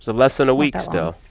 so less than a week still.